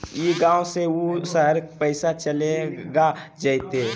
ई गांव से ऊ शहर पैसा चलेगा जयते?